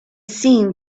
seen